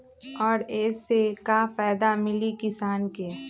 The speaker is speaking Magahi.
और ये से का फायदा मिली किसान के?